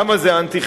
למה זה אנטי-חברתי?